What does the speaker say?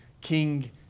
King